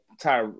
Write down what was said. Ty